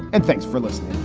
and thanks for listening